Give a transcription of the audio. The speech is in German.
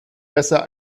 besser